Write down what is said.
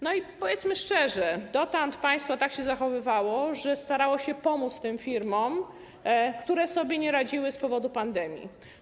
No i powiedzmy szczerze, dotąd państwo tak się zachowywało, że starało się pomóc tym firmom, które sobie nie radziły z powodu pandemii.